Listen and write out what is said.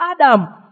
Adam